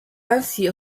ainsi